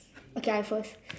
okay I first